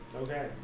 Okay